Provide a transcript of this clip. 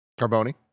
Carboni